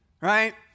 right